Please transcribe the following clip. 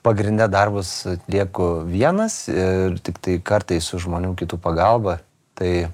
pagrinde darbus atlieku vienas ir tiktai kartais su žmonių kitų pagalba tai